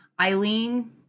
Eileen